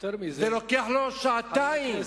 זה לוקח לו שעתיים.